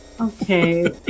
Okay